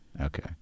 Okay